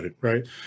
right